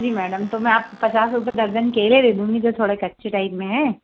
जी madam तो मैं आपको पचास रुपये दर्जन केले दे दूँगी जो थोड़े कच्चे टाइप में हैं